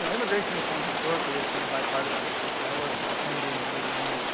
yeah immigration reform historically has been a bipartisan issue. when i worked for kennedy in the mid ninety s,